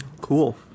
Cool